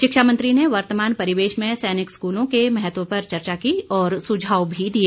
शिक्षा मंत्री ने वर्तमान परिवेश में सैनिक स्कूलों के महत्व पर चर्चा की और सुझाव भी दिए